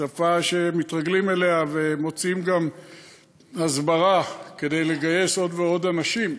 שפה שמתרגלים אליה ומוצאים גם הסברה כדי לגייס עוד ועוד אנשים.